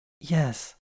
Yes